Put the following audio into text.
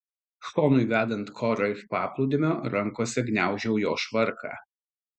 šonui vedant korą iš paplūdimio rankose gniaužau jo švarką